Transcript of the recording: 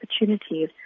opportunities